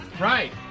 Right